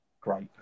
Great